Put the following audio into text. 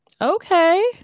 Okay